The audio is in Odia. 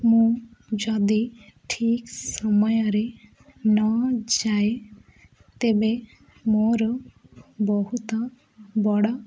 ମୁଁ ଯଦି ଠିକ୍ ସମୟରେ ନଯାଏ ତେବେ ମୋର ବହୁତ ବଡ଼